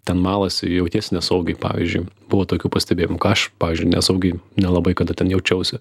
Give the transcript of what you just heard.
ten malasi jautėsi nesaugiai pavyzdžiui buvo tokių pastebėjimų ką aš pavyzdžiui nesaugiai nelabai kada ten jaučiausi